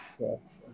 Yes